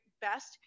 best